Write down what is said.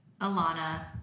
Alana